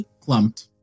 clumped